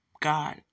God